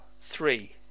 three